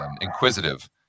inquisitive